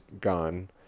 gone